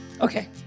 Okay